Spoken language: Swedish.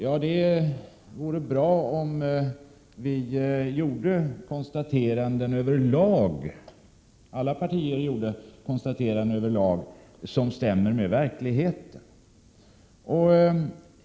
Ja, det vore bra om partierna överlag gjorde konstateranden som stämmer med verkligheten.